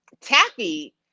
taffy